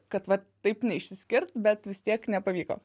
kad vat taip neišsiskirt bet vis tiek nepavyko